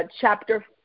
chapter